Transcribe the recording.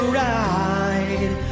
ride